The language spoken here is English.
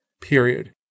period